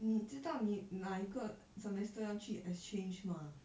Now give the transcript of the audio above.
你知道你哪一个 semester 要去 exchange mah